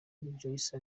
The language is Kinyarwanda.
rejoice